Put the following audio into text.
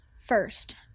first